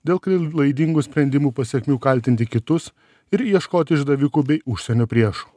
dėl klaidingų sprendimų pasekmių kaltinti kitus ir ieškoti išdavikų bei užsienio priešų